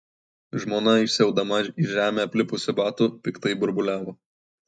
žmona išsiaudama iš žeme aplipusių batų piktai burbuliavo